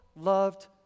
loved